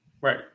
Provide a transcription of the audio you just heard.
Right